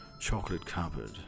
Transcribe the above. Chocolate-covered